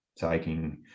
taking